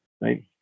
Right